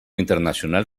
internacional